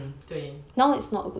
hmm 对